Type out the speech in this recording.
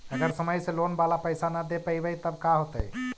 अगर समय से लोन बाला पैसा न दे पईबै तब का होतै?